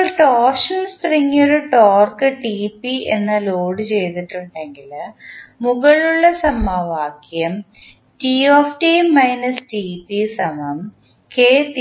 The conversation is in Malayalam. ഇപ്പോൾ ടോർഷണൽ സ്പ്രിംഗ് ഒരു ടോർക്ക് TP എന്ന് ലോഡുചെയ്തിട്ടുണ്ടെങ്കിൽ മുകളിലുള്ള സമവാക്യം